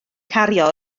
cario